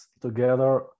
together